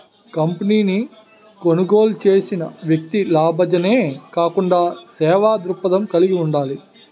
కంపెనీని కొనుగోలు చేసిన వ్యక్తి లాభాజనే కాకుండా సేవా దృక్పథం కలిగి ఉండాలి